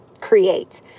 create